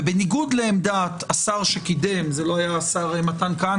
ובניגוד לעמדת השר שקידם זה לא היה השר מתן כהנא,